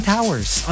Towers